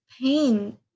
pain